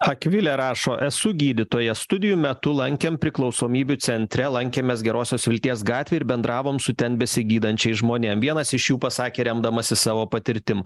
akvilė rašo esu gydytoja studijų metu lankėm priklausomybių centre lankėmės gerosios vilties gatvėj ir bendravom su ten besigydančiais žmonėm vienas iš jų pasakė remdamasis savo patirtim